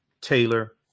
taylor